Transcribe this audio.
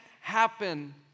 happen